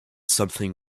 something